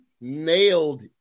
nailed